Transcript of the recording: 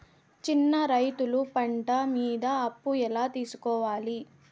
చిన్న రైతులు పంట మీద అప్పు ఎలా తీసుకోవాలి?